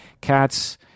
cats